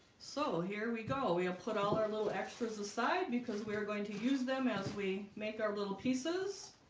so here we go. we'll put all our little extras aside because we're going to use them as we make our little pieces